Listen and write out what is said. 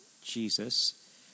Jesus